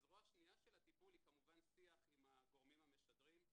הזרוע השנייה של הטיפול היא כמובן שיח עם הגורמים המשדרים,